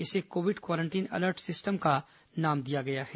इसे covid quarantine alert system का नाम दिया गया है